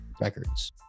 records